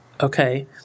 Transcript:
okay